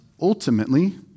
ultimately